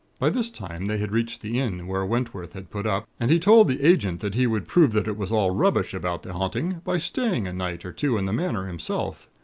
by this time they had reached the inn where wentworth had put up, and he told the agent that he would prove that it was all rubbish about the haunting, by staying a night or two in the manor himself.